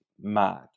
mad